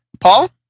paul